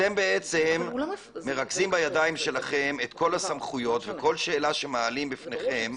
אתם בעצם מרכזים בידיים שלכם את כל הסמכויות וכל שאלה שמעלים בפניכם,